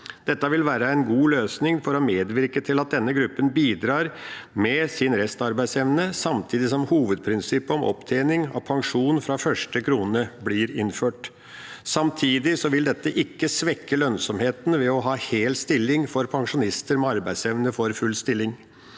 Dette vil være en god løsning for å medvirke til at denne gruppen bidrar med sin restarbeidsevne, samtidig som hovedprinsippet om opptjening av pensjon fra første krone blir innført. Samtidig vil dette ikke svekke lønnsomheten ved å ha hel stilling for pensjonister med arbeidsevne for full stilling.